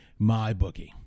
MyBookie